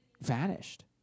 vanished